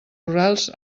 rurals